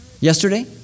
Yesterday